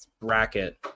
bracket